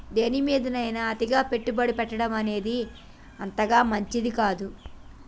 దేనిమీదైనా అతిగా పెట్టుబడి పెట్టడమనేది అంతగా మంచిది కాదు